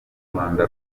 rwanda